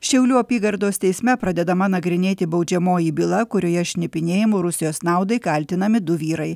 šiaulių apygardos teisme pradedama nagrinėti baudžiamoji byla kurioje šnipinėjimu rusijos naudai kaltinami du vyrai